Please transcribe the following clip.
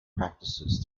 practices